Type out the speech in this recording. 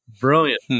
Brilliant